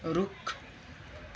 रुख